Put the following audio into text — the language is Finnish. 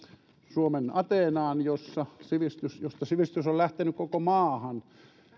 suomen ateenaan josta sivistys josta sivistys on lähtenyt koko maahan